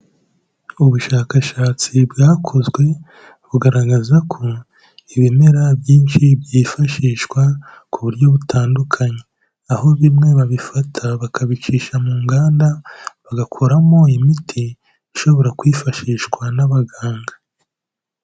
Ubushakashatsi bwakozwe bugaragaza ko ibimera byinshi byifashishwa ku buryo butandukanye, aho bimwe babifata bakabicisha mu nganda, bagakoramo imiti ishobora kwifashishwa n'abaganga.